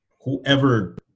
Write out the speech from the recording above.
whoever